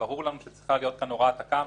ברור לנו שצריכה להיות כאן הוראת תכ"ם,